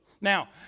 Now